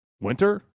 winter